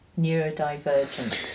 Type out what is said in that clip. neurodivergent